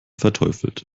verteufelt